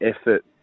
effort